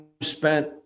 spent